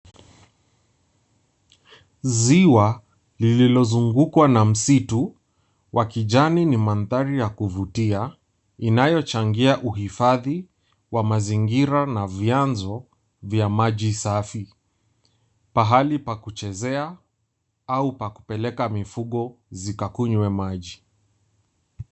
Ziwa lililozungukwa na msitu wa kijani ni mandhari ya kuvutia inayochangia uhifadhi wa mazingira na vyanzo vya maji safi. Pahali pa kuchezea au pa kupeleka mifugo zikakunywe maji.